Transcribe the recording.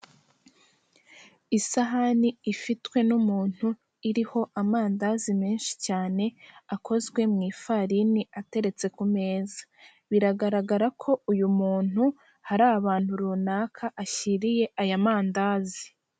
Ni mu isoko ry'ibiribwa harimo abantu bagaragara ko bari kugurisha, ndabona imboga zitandukanye, inyuma yaho ndahabona ibindi bintu biri gucuruzwa ,ndahabona ikimeze nk'umutaka ,ndahabona hirya ibiti ndetse hirya yaho hari n'inyubako.